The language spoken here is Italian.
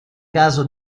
caso